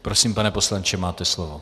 Prosím, pane poslanče, máte slovo.